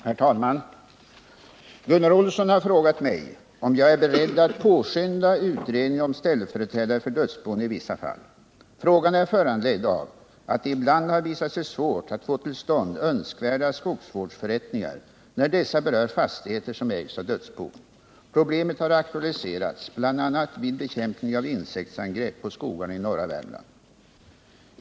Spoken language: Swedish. Herr talman! Gunnar Olsson har frågat mig om jag är beredd att påskynda utredningen om ställföreträdare för dödsbon i vissa fall. Frågan är föranledd av att det ibland har visat sig svårt att få till stånd önskvärda skogsvårdsförrättningar när dessa berör fastigheter som ägs av dödsbon. Problemet har aktualiserats bl.a. vid bekämpningen av insektsangrepp på skogarna i norra Värmland.